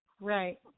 Right